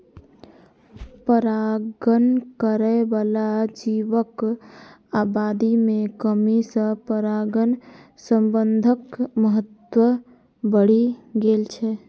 परागण करै बला जीवक आबादी मे कमी सं परागण प्रबंधनक महत्व बढ़ि गेल छै